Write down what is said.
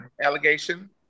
allegation